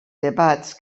debats